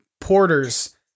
porters